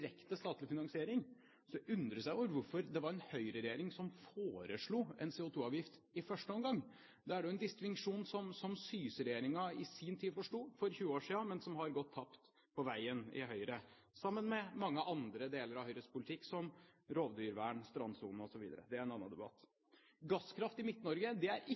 direkte statlig finansiering, undres jeg over hvorfor det var en Høyre-regjering som foreslo en CO2-avgift i første omgang. Da er det en distinksjon som Syse-regjeringen i sin tid, for 20 år siden, forsto, men som har gått tapt på veien for Høyre, sammen med mange andre deler av Høyres politikk, som rovdyrvern, strandsone, osv. Det er en annen debatt. Gasskraft i Midt-Norge er ikke